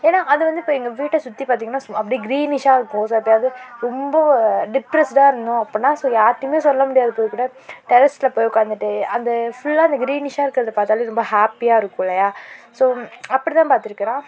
ஏன்னால் அது வந்து இப்போ எங்கள் வீட்டை சுற்றி பார்த்தீங்கன்னா சு அப்படியே க்ரீனிஷ்ஷாக இருக்கும் ஸோ எப்பயாவது ரொம்ப டிப்ரெஸ்டாக இருந்தோம் அப்புடின்னா ஸோ யார்கிட்டையுமே சொல்ல முடியாது போய்க்கூட டெரஸ்சில் போய் உட்காந்துட்டு அந்த ஃபுல்லாக அந்த க்ரீனிஷ்ஷாக இருக்கிறத பார்த்தாலே ரொம்ப ஹேப்பியாக இருக்கும் இல்லையா ஸோ அப்படி தான் பார்த்துருக்கேன் நான்